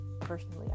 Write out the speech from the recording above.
personally